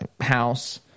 house